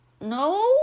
no